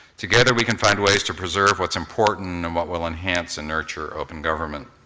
together we can find ways to preserve what's important and what will enhance and nurture open government.